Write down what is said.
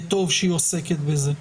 וטוב שהיא עוסקת בזה.